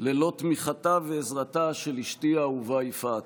ללא תמיכתה ועזרתה של אשתי האהובה יפעת,